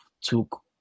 took